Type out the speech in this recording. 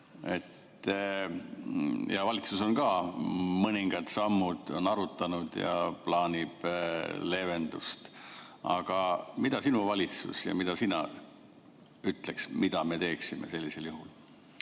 Valitsus on ka [teinud] mõningad sammud, on arutanud ja plaanib leevendust. Aga mida sinu valitsus ja sina ütleksid, mida me teeksime sellisel juhul?